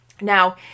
Now